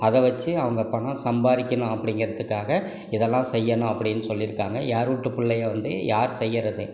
அதை வச்சு அவங்க பணம் சம்பாதிக்கணும் அப்படிங்கறத்துக்காக இதெல்லாம் செய்யணும் அப்படின் சொல்லியிருக்காங்க யாரூட்டு பிள்ளைய வந்து யார் செய்கிறது